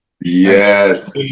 Yes